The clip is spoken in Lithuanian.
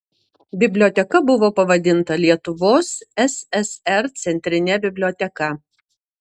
biblioteka buvo pavadinta lietuvos ssr centrine biblioteka